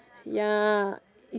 ya